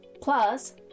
plus